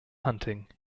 hunting